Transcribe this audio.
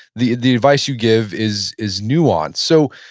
the the advice you give is is nuanced. so,